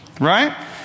Right